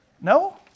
No